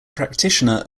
practitioner